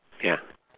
ya